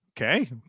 Okay